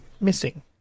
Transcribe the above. missing